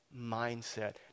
mindset